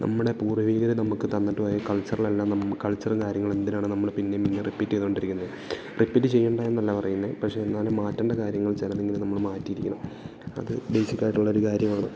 നമ്മുടെ പൂര്വികർ നമുക്ക് തന്നിട്ട് പോയ കൾച്ചറളെല്ലാം നമു കൾച്ചറും കാര്യങ്ങളും എന്തിനാണ് നമ്മൾ പിന്നേം പിന്നേം റിപ്പീറ്റ് ചെയ്തോണ്ടിരിക്കുന്നത് റിപ്പീറ്റ് ചെയ്യേണ്ട എന്നല്ല പറയുന്നത് പക്ഷേ എന്നാലും മാറ്റേണ്ട കാര്യങ്ങള് ചിലത് എങ്കിലും നമ്മൾ മാറ്റിയിരിക്കണം അത് ബേസിക്കായിയിട്ടുള്ളൊരു കാര്യമാണ്